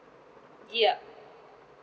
yup